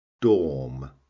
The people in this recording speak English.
Dorm